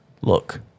look